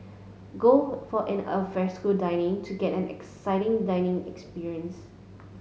go for an alfresco dining to get an exciting dining experience